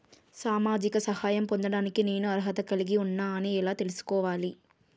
సామాజిక సహాయం పొందడానికి నేను అర్హత కలిగి ఉన్న అని ఎలా తెలుసుకోవాలి?